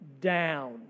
down